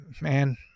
Man